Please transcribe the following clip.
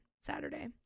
Saturday